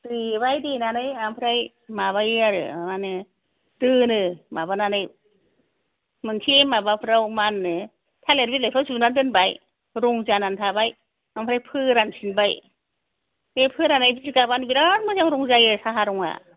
देबाय देनानै ओमफ्राय माबायो आरो मा होनो दोनो माबानानै मोनसे माबाफोराव मा होनो थालिर बिलाइफोराव जुनानै दोनबाय रं जानानै थाबाय ओमफ्राय फोरानफिनबाय बे फोराननाय बिगाबानो बिरात मोजां रं जायो साहा रंआ